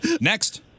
Next